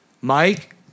Mike